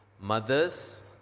mothers